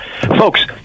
Folks